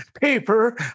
paper